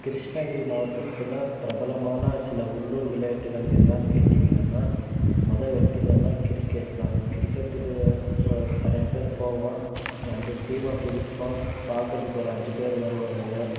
கிருஷ்ணகிரி மாவட்டத்தில் பிரபலமான சில உள்ளூர் விளையாட்டுகள் என்னான்னு கேட்டிங்கனான்னா மொதல எடுத்திங்கன்னா கிரிக்கெட்டு தான் கிரிக்கெட்டுக்கு ஒரு பன்னெண்டு பேர் போவோம் ரெண்டு டீமாக பிரிப்போம் பார்க்கறதுக்கு ஒரு அஞ்சு பேர் வருவாங்க